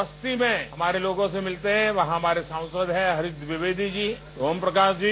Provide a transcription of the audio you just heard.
बस्ती में हमारे लोगों से मिलते है वहां हमारे सांसद है हरीश द्विवेदी जी ओम प्रकाश जी